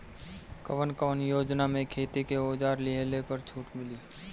कवन कवन योजना मै खेती के औजार लिहले पर छुट मिली?